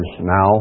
now